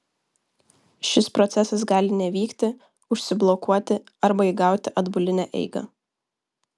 šis procesas gali nevykti užsiblokuoti arba įgauti atbulinę eigą